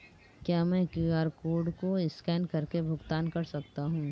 क्या मैं QR code को स्कैन करके भुगतान कर सकता हूं?